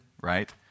right